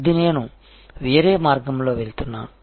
ఇది నేను వేరే మార్గంలోకి వెళ్తున్నాను